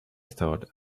thought